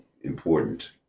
important